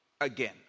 Again